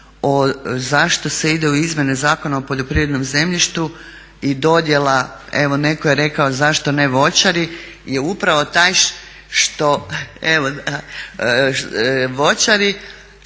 zašto se ide u izmjene Zakona o poljoprivrednom zemljištu i dodjela evo netko je rekao zašto ne voćari je upravo taj što za stočare